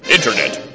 Internet